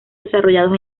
desarrollados